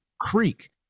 Creek